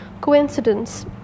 Coincidence